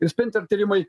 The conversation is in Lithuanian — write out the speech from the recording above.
ir sprinter tyrimai